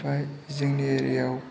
ओमफ्राय जोंनि एरियाआव